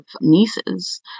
nieces